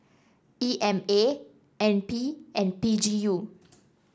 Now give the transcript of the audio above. E M A N P and P G U